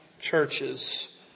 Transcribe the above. churches